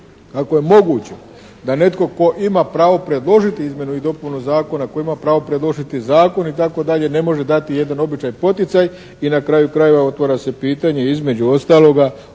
ako je moguće da netko tko ima pravo predložiti izmjenu i dopunu zakona, tko ima pravo predložiti zakon i tako dalje, ne može dati jedan običan poticaj i na kraju krajeva otvara se pitanje između ostaloga